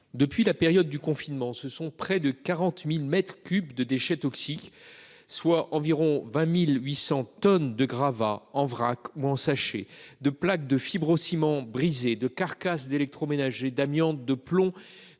Depuis la période du confinement, ce sont près de 40 000 mètres cubes de déchets toxiques, soit environ 20 800 tonnes de gravats, en vrac ou ensachés, de plaques de fibrociment brisées, de carcasses d'électroménager, d'amiante, de plomb,